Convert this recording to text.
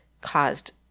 caused